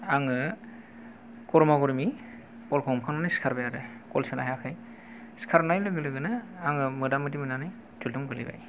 आङो गरमा गरमि बल खौ हमखांनानै सिखारबाय आरो गल सोनो हायाखै सिखारनाय लोगो लोगोनो आङो मोदा मोदि मोननानै थुलथुम गोलैबाय